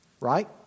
Right